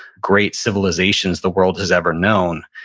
great civilizations the world has ever known,